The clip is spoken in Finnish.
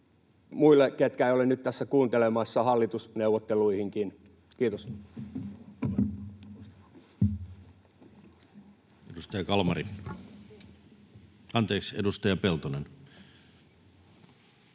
muille, ketkä eivät ole nyt tässä kuuntelemassa, hallitusneuvotteluihinkin. — Kiitos. Edustaja Peltonen.